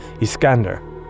Iskander